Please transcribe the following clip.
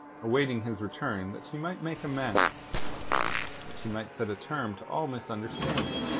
awaiting his return that she might make amends that she might set a term to all misunderstanding.